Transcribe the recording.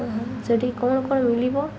ସେଠି କ'ଣ କ'ଣ ମିଳିବ